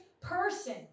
person